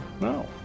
No